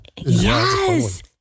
Yes